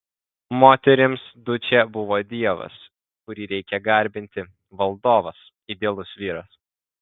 moterims dučė buvo dievas kurį reikia garbinti valdovas idealus vyras